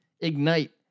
ignite